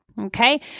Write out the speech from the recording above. Okay